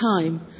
time